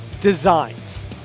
designs